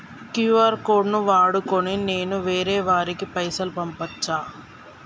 QR code ను వాడుకొని నేను వేరే వారికి పైసలు పంపచ్చా?